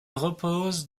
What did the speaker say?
repose